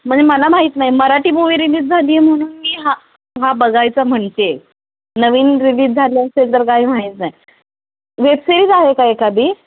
म्हणजे मला माहीत नाही मराठी मूव्ही रिलीज झाली आहे म्हणून मी हा हा बघायचा म्हणते आहे नवीन रिलीज झाले असेल तर काय माहीत नाही वेबसिरीज आहे का एखादी